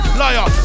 liar